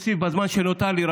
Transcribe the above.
בזמן שנותר לי אני רוצה להוסיף.